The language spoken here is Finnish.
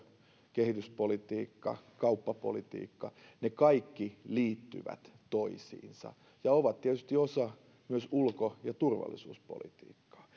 kehityspolitiikka kauppapolitiikka ne kaikki liittyvät toisiinsa ja ovat tietysti osa myös ulko ja turvallisuuspolitiikkaa